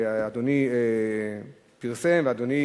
שאדוני פרסם ואדוני